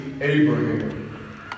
Abraham